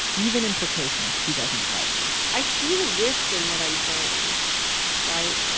even implications she doesn't like i see the risk in what i'm saying right?